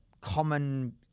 common